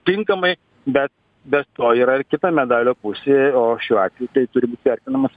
tinkamai bet be to yra ir kita medalio pusė o šiuo atveju tai turi būt vertinamas